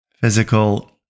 Physical